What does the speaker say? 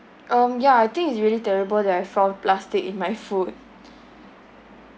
um ya I think it's really terrible that I found plastic in my food